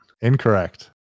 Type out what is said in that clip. Incorrect